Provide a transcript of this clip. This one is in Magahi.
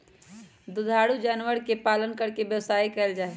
दुधारू जानवर के पालन करके व्यवसाय कइल जाहई